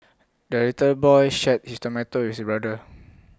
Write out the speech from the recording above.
the little boy shared his tomato with his brother